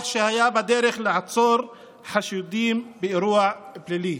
שהיה בדרך לעצור חשודים באירוע פלילי'".